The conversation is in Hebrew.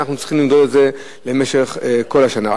ואנחנו צריכים למדוד את זה במשך כל השנה.